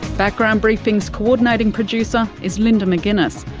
background briefing's co-ordinating producer is linda mcginness,